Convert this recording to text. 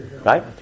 Right